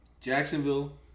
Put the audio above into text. Jacksonville